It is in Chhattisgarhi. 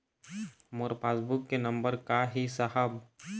मोर पास बुक के नंबर का ही साहब?